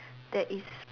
that is